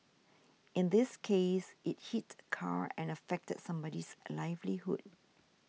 in this case it hit a car and affected somebody's livelihood